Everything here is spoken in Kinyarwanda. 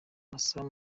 masaha